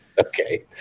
Okay